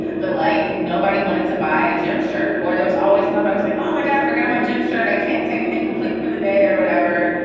but like nobody wanted to buy a gym shirt or there was always some. i was like, oh, my god, i forgot my gym shirt. i can't take an incomplete for the day or whatever.